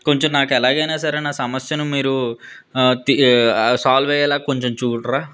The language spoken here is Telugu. కొంచెం నాకు ఎలాగైనా సరే నా సమస్యను మీరు తీ సాల్వ్ అయ్యేలాగా కొంచెం చూడరా